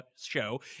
show